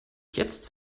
jetzt